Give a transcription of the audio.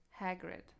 Hagrid